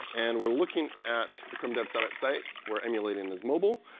and we're looking at the chrome dev summit site where emulating is mobile.